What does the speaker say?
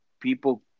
people